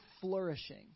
flourishing